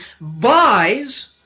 buys